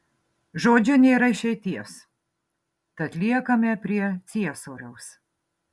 žodžiu nėra išeities tad liekame prie ciesoriaus